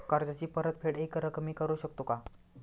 कर्जाची परतफेड एकरकमी करू शकतो का?